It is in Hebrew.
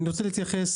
אני רוצה להתייחס